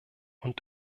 und